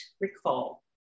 recall